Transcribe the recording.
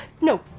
no